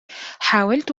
حاولت